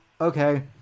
okay